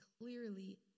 clearly